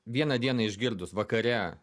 vieną dieną išgirdus vakare